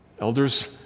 Elders